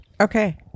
Okay